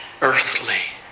earthly